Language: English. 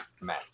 Match